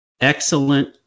Excellent